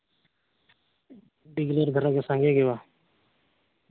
ᱰᱤᱜᱽᱞᱟᱹᱨ ᱫᱷᱟᱨᱟ ᱜᱮ ᱥᱟᱸᱜᱮ ᱜᱮᱭᱟ